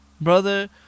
brother